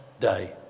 day